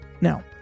Now